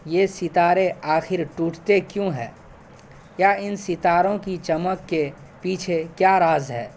یہ ستارے آخر ٹوٹتے کیوں ہیں یا ان ستاروں کی چمک کے پیچھے کیا راز ہے